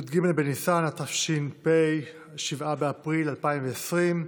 י"ג בניסן התש"ף (7 באפריל 2020)